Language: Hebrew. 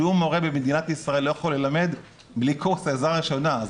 שום מורה במדינת ישראל לא יכול ללמד בלי קורס עזרה ראשונה.